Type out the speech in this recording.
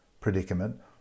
predicament